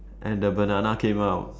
and the banana came out